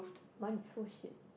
mine is so shit